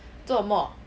做什么